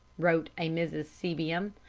wrote a mrs. sebuim,